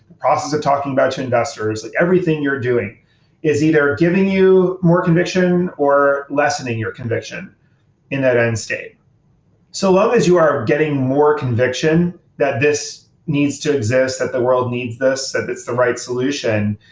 process of talking about to investors, everything you're doing is either giving you more conviction, or lessening your conviction in that end-state so long as you are getting more conviction that this needs to exist, that the world needs this, that it's the right solution,